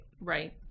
Right